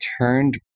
turned